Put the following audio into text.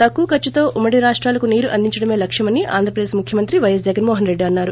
తక్కువ ఖర్సుతో ఉమ్మడి రాష్టాలకు నీరు అందించడమే లక్ష్యమని ఆంధ్రప్రదేశ్ ముఖ్యమంత్రి పైఎస్ జగన్మోహన్రెడ్డి అన్నారు